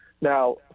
Now